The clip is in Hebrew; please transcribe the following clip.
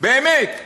באמת.